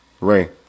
Ray